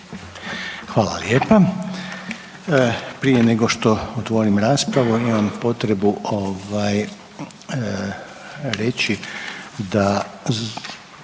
Hvala lijepa. Prije nego što otvorim raspravu imam potrebu ovaj reći da